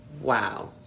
Wow